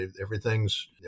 Everything's